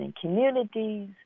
communities